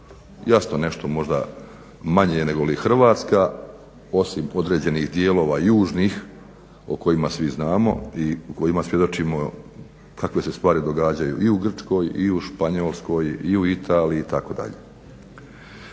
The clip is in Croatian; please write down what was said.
jasno nešto možda manje nego li Hrvatska, osim podređenih dijelova južnih o kojima svim znamo i o kojima svjedočimo, kakve se stvari događaju i u Grčkoj, i u Španjolskoj, i u Italiji i itd.